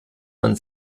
man